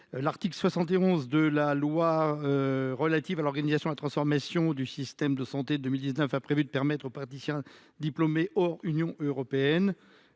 L’article 71 de la loi relative à l’organisation et à la transformation du système de santé de 2019 a prévu de permettre aux praticiens à diplôme hors Union européenne